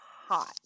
hot